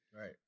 right